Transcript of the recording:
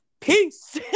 peace